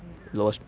last last year right